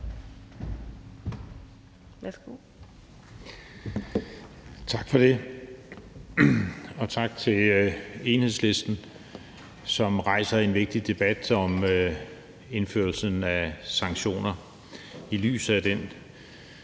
Tak for det, og tak til Enhedslisten, som rejser en vigtig debat om indførelsen af sanktioner i lyset af den